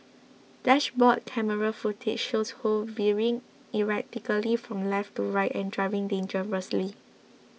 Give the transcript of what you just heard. dashboard camera footage shows Ho veering erratically from left to right and driving dangerously